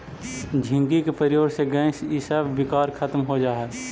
झींगी के प्रयोग से गैस इसब विकार खत्म हो जा हई